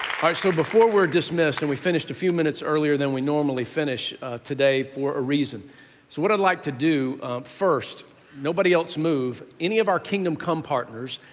so before we're dismissed, and we finished a few minutes earlier than we normally finish today for a reason. so what i'd like to do first nobody else move. any of our kingdom come partners,